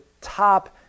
top